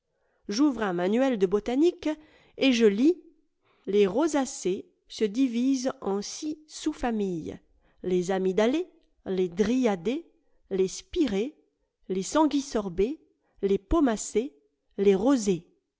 j'ouvre un manuel de botanique et je lis les rosacées se divisent en six sous familles les amyffdalées les dryadées les spirées les sanffuisorbées les pomacées les rosées